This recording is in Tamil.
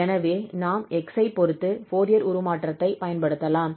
எனவே நாம் x பொறுத்து ஃபோரியர் உருமாற்றத்தைப் பயன்படுத்தலாம்